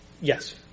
Yes